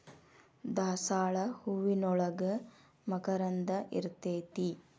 ದಾಸಾಳ ಹೂವಿನೋಳಗ ಮಕರಂದ ಇರ್ತೈತಿ